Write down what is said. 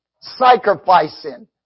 sacrificing